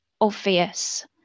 obvious